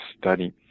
study